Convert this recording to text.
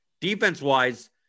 defense-wise